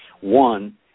One